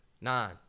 nine